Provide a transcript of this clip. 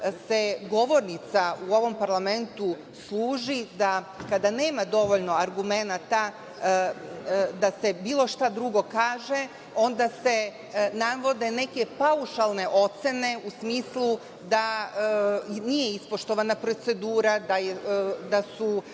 da govornica u ovom parlamentu služi da kada nema dovoljno argumenata da se bilo šta drugo kaže, onda se navode neke paušalne ocene u smislu da nije ispoštovana procedura, da su